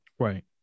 right